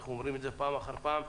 אנחנו אומרים את זה פעם אחר פעם.